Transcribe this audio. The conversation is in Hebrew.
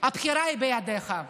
הבחירה היא בידך.